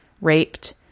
raped